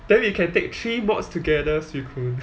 then we can take three mods together swee koon